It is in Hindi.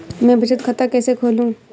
मैं बचत खाता कैसे खोलूँ?